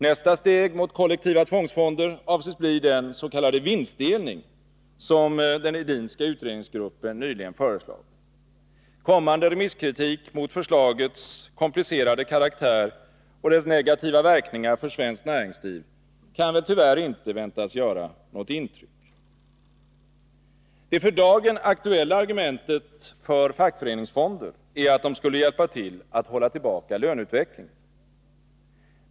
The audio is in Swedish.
Nästa steg mot kollektiva tvångsfonder avses bli den s.k. vinstdelning som den Edinska utredningsgruppen nyligen föreslagit. Kommande remisskritik mot förslagets komplicerade karaktär och dess negativa verkningar för svenskt näringsliv kan väl tyvärr inte väntas göra något intryck. Det för dagen aktuella argumentet för fackföreningsfonder är att de skulle hjälpa till att hålla tillbaka löneutvecklingen.